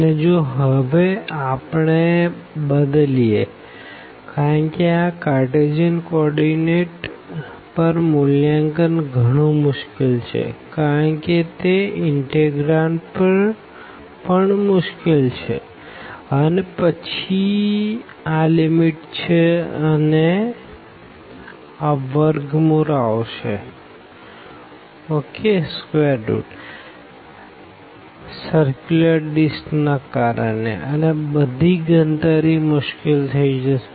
અને જો આપણે હવે બદલીએ કારણ કે આ કાઅર્તેસિયન કો ઓર્ડીનેટ પર મૂલ્યાંકન ગણું મુશ્કેલ છે કારણ કે ઇનતેગ્રાંડ પણ મુશ્કેલ છે અને પછી છે આ લીમીટ અને પછી આ વર્ગ મૂળ આવશે સર્ક્યુલર ડિસ્ક ના કારણે અને બધી ગણતરી મુશ્કેલ થઇ જશે